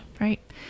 right